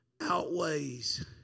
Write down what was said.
outweighs